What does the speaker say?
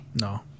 no